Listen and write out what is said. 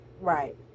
Right